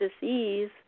disease